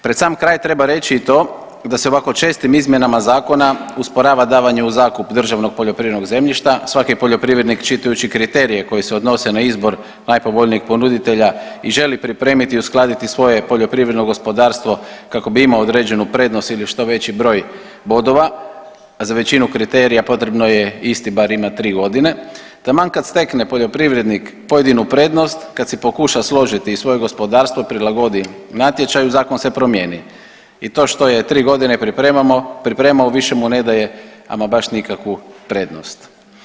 Pred sam kraj treba reći i to da se ovako čestim izmjenama zakona usporava davanje u zakup državnog poljoprivrednog zemljišta, svaki poljoprivrednik čitajući kriterije koji se odnose na izbor najpovoljnijeg ponuditelja i želi pripremiti i uskladiti svoje poljoprivredno gospodarstvo kako bi imao određenu prednost ili što veći broj bodova, a za većinu kriterija potrebno je isti bar imati tri godine, taman kad stekne poljoprivrednik pojedinu prednost, kad si pokuša složiti svoje gospodarstvo, prilagodi natječaju zakon se promijeni i to što je tri godine pripremao više mu ne daje ama baš nikakvu prednost.